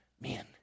men